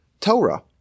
Torah